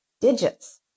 digits